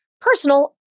Personal